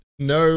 No